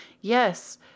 Yes